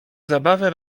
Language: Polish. zabawę